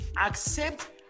accept